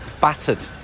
battered